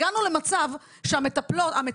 הגענו למצב שהמטפלים,